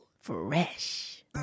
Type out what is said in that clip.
Fresh